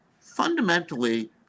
fundamentally